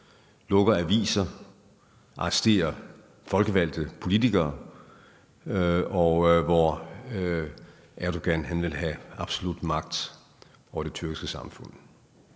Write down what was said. lukker aviser og arresterer folkevalgte politikere, og hvor Erdogan vil have absolut magt over det tyrkiske samfund.